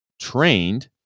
trained